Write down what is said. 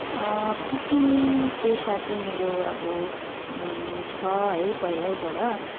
cooking पेसा चाहिँ मेरो अब छ है पहिल्यैबाट